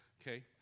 okay